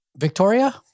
Victoria